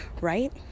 Right